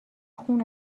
خون